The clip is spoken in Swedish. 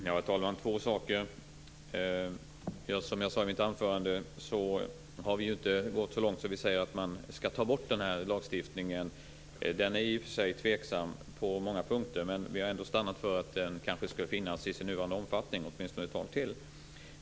Herr talman! Som jag sade i mitt anförande har vi inte gått så långt att vi säger att man skall ta bort den här lagstiftningen. Den är i och för sig tveksam på många punkter, men vi har ändå stannat för att den kanske skall finnas i sin nuvarande omfattning åtminstone ett tag till.